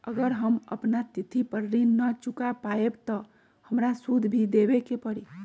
अगर हम अपना तिथि पर ऋण न चुका पायेबे त हमरा सूद भी देबे के परि?